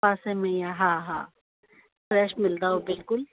पासे में ई आहे हा हा फ़्रेश मिलंदव बिल्कुलु